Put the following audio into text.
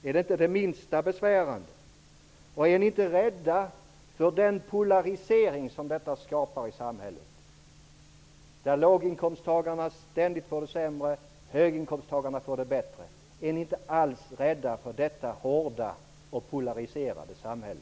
Är det inte det minsta besvärande? Är ni inte rädda för den polarisering som detta skapar i samhället? Låginkomsttagarna får det ständigt sämre, och höginkomsttagarna får det bättre. Är ni inte alls rädda för detta hårda och polariserade samhälle?